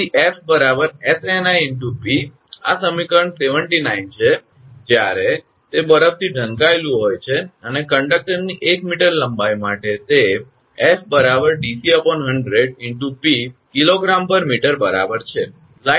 તેથી 𝐹 𝑆𝑛𝑖 × 𝑝 આ સમીકરણ 79 છે અને જ્યારે તે બરફથી ઢંકાયેલું હોય છે અને કંડક્ટરની 1 મીટર લંબાઈ માટે તે 𝐹 𝑑𝑐 100 × 𝑝 𝐾𝑔 𝑚 બરાબર છે